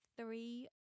three